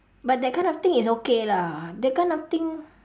but that kind of thing is okay lah that kind of thing